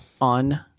on